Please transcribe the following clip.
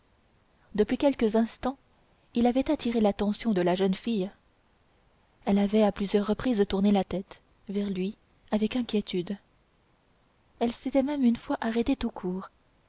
depuis quelques instants il avait attiré l'attention de la jeune fille elle avait à plusieurs reprises tourné la tête vers lui avec inquiétude elle s'était même une fois arrêtée tout court